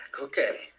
okay